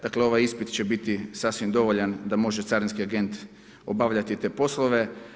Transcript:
Dakle, ovaj ispit će biti sasvim dovoljan da može carinski agent obavljati te poslove.